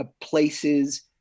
places